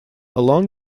along